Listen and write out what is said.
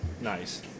nice